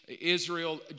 Israel